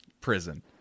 prison